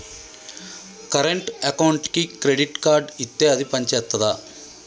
Current అకౌంట్కి credit card ఇత్తే అది పని చేత్తదా?